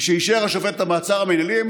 משאישר השופט את המעצר המינהלי,